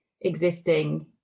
existing